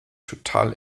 total